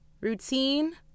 routine